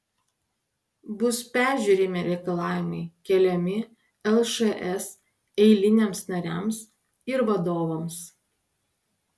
bus peržiūrimi reikalavimai keliami lšs eiliniams nariams ir vadovams